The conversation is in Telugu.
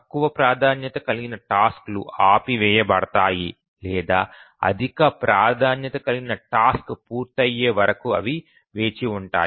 తక్కువ ప్రాధాన్యత కలిగిన టాస్క్ లు ఆపి వేయబడతాయి లేదా అధిక ప్రాధాన్యత కలిగిన టాస్క్ పూర్తయ్యే వరకు అవి వేచి ఉంటాయి